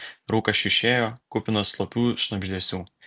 rūkas šiušėjo kupinas slopių šnabždesių